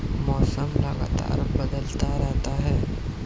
मौसम लगातार बदलता रहता है